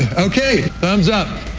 okay, thumbs up,